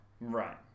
right